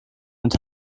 mit